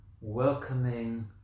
welcoming